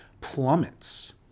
plummets